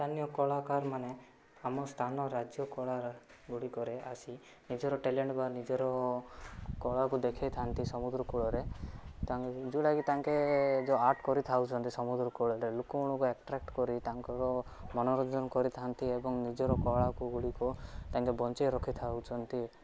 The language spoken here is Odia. ସ୍ଥାନୀୟ କଳାକାରମାନେ ଆମ ସ୍ଥାନ ରାଜ୍ୟ କଳାଗୁଡ଼ିକରେ ଆସି ନିଜର ଟ୍ୟାଲେଣ୍ଟ ବା ନିଜର କଳାକୁ ଦେଖେଇଥାନ୍ତି ସମୁଦ୍ରକୂଳରେ ତାଙ୍କ ଯେଉଁଟାକି ତାଙ୍କେ ଯେଉଁ ଆର୍ଟ କରିଥାଉଛନ୍ତି ସମୁଦ୍ରକୂଳରେ ଲୋକମାନଙ୍କୁ ଆଟ୍ରାକ୍ଟ କରେଇ ତାଙ୍କର ମନୋରଞ୍ଜନ କରିଥାନ୍ତି ଏବଂ ନିଜର କଳାକୁ ଗୁଡ଼ିକୁ ତାଙ୍କେ ବଞ୍ଚେଇ ରଖିଥାଉଛନ୍ତି